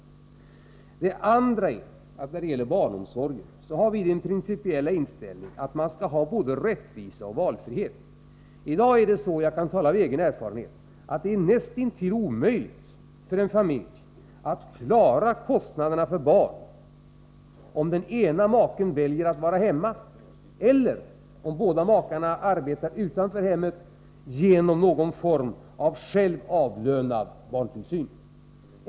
5 S - X Rv Vid remiss av : Det anden är att när det gäller PaRtomsorgen; sä har vi 0) Pingis kompletteringsproinställningen att man skall ha både rättvisa och valfrihet. I dag är det — jag kan positionen tala av egen erfarenhet — näst intill omöjligt för en familj att klara kostnaderna för barn, om den ena maken väljer att vara hemma eller — om båda makarna arbetar utanför hemmet — att försöka klara någon form av barntillsyn som man själv avlönar.